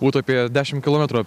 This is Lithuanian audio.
būtų apie dešimt kilometrų